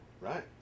Right